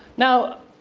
now,